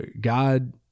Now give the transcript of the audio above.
God